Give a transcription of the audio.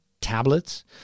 tablets